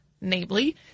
namely